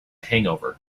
hangover